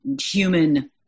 human